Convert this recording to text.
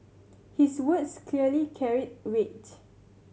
his words clearly carried weight